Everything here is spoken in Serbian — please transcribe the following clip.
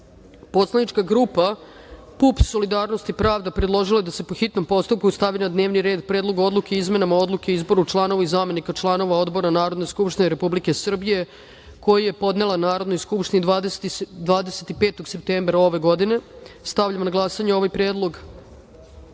predlog. Poslanička grupa PUPS – Solidarnost i pravda predložila je da se po hitnom postupku stavi na dnevni red Predlog odluke o izmenama Odluke o izboru članova i zamenika članova odbora Narodne skupštine Republike Srbije, koji je podnela Narodnoj skupštini 25. septembra ove godine. Stavljam na glasanje ovaj